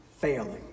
failing